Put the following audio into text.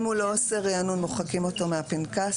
אם הוא לא עושה ריענון, מוחקים אותו מהפנקס?